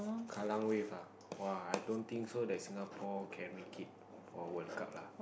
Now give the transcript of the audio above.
Kallang Wave ah !woah! i don't think so Singapore can make it for World Cup lah